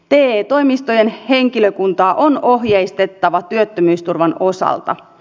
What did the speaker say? te toimistojen henkilökuntaa on ohjeistettava työttömyysturvan osalta